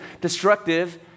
destructive